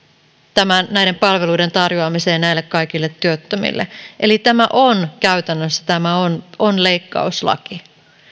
näiden palveluiden tarjoamiseen kaikille työttömille eli käytännössä tämä on on leikkauslaki